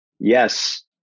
Yes